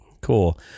Cool